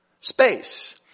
Space